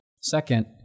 Second